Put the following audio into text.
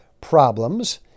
problems